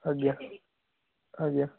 ଆଜ୍ଞା ଆଜ୍ଞା